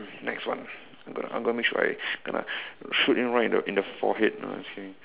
next one I'm gonna I'm gonna make sure I gonna shoot you right in the in the forehead ah just kidding